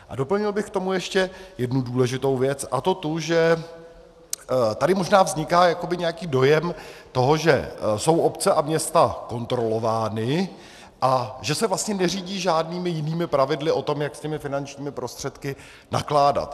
A doplnil bych k tomu ještě jednu důležitou věc, a to tu, že tady možná vzniká jakoby nějaký dojem toho, že jsou obce a města kontrolovány a že se vlastně neřídí žádnými jinými pravidly o tom, jak s těmi finančními prostředky nakládat.